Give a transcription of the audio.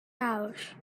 awr